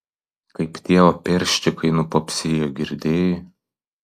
kaip tie operščikai nupopsėjo girdėjai